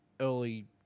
early